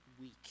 week